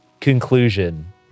conclusion